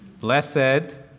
Blessed